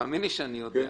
תאמין לי שאני יודע.